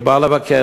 ובא לבקר